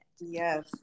Yes